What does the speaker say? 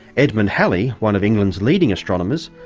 edmund halley, one of england's leading astronomers,